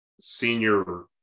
senior